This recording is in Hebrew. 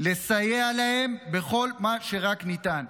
לסייע להם בכל מה שרק ניתן.